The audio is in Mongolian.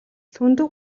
лхүндэв